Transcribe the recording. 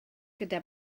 gyda